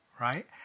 right